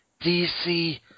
DC